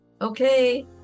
Okay